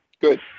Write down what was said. Good